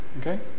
Okay